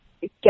get